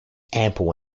ample